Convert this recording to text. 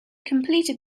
completed